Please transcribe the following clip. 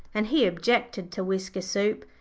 and he objected to whisker soup,